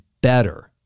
better